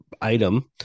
item